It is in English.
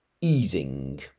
easing